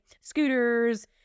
scooters